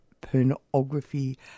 pornography